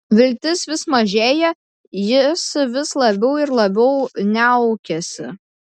viltis vis mažėja jis vis labiau ir labiau niaukiasi